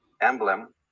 emblem